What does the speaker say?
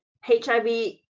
HIV